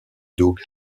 doug